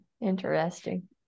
interesting